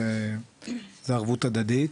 זו ערבות הדדית.